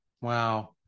Wow